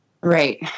Right